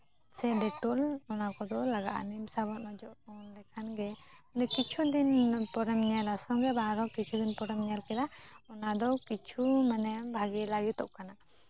ᱥᱮ ᱰᱮᱴᱳᱞ ᱚᱱᱟ ᱠᱚᱫᱚ ᱞᱟᱜᱟᱜᱼᱟ ᱱᱤᱢ ᱥᱟᱵᱚᱱ ᱚᱡᱚᱜ ᱞᱮᱠᱷᱟᱱ ᱜᱮ ᱢᱟᱱᱮ ᱠᱤᱪᱷᱩ ᱫᱤᱱ ᱯᱚᱨᱮᱢ ᱧᱮᱞᱟ ᱥᱚᱝᱜᱮ ᱵᱟᱝ ᱨᱮᱦᱚᱸ ᱠᱤᱪᱷᱩ ᱫᱤᱱ ᱯᱚᱨᱮᱢ ᱧᱮᱞ ᱠᱮᱫᱟ ᱚᱱᱟ ᱫᱚ ᱠᱤᱪᱷᱩ ᱢᱟᱱᱮ ᱵᱷᱟᱜᱮ ᱞᱟᱹᱜᱤᱫᱚᱜ ᱠᱟᱱᱟ